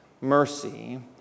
mercy